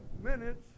minutes